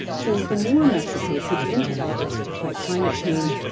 says the more mexico puts into efforts to fight climate change,